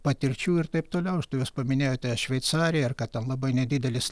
patirčių ir taip toliau paminėjote šveicariją ir kad ten labai nedidelis